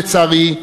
לצערי,